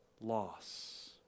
loss